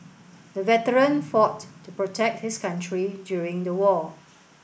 the veteran fought to protect his country during the war